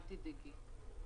אל תדאגי.